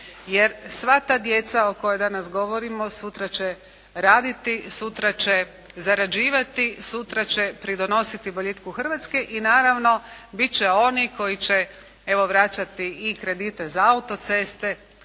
Jer sva ta djeca o kojoj danas govorimo sutra će raditi, sutra će zarađivati, sutra će pridonositi boljitku Hrvatske i naravno bit će onih koji će evo vraćati i kredite za auto-ceste